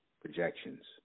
projections